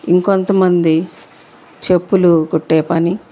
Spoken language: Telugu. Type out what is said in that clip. ఇంకా కొంతమంది చెప్పులు కుట్టే పని